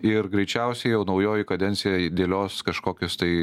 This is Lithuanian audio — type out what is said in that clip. ir greičiausiai jau naujoji kadencija dėlios kažkokius tai